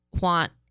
want